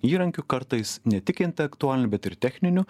įrankių kartais ne tik intelektualinį bet ir techninių